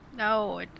No